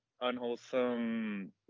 unwholesome